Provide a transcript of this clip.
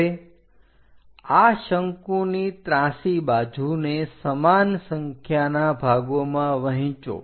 હવે આ શંકુની ત્રાંસી બાજુ ને સમાન સંખ્યાના ભાગોમાં વહેંચો